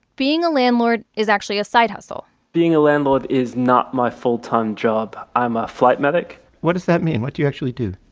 being a landlord is actually a side hustle being a landlord is not my full-time job. i'm a flight medic what does that mean? what do you actually do?